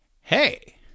hey